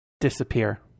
disappear